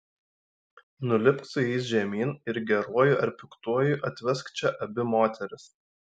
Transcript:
nulipk su jais žemyn ir geruoju ar piktuoju atvesk čia abi moteris